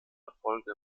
erfolge